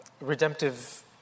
redemptive